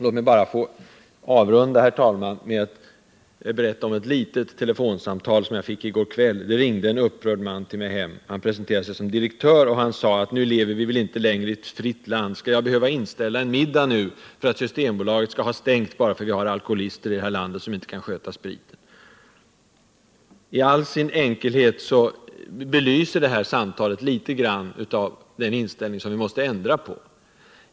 Låt mig få avrunda, herr talman, med att berätta om ett litet telefonsamtal som jag fick i går kväll. Det ringde en upprörd man hem till mig. Han presenterade sig som direktör och sade att nu lever vi väl inte längre i ett fritt land —skall jag behöva inställa en middag för att Systembolaget skall ha stängt i två dagar bara därför att vi har alkoholister i det här landet som inte kan sköta spriten? I all sin enkelhet belyser det samtalet den inställning vi måste ändra på.